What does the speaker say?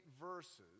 verses